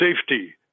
safety